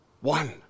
One